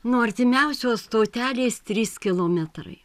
nuo artimiausios stotelės trys kilometrai